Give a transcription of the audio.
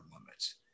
limits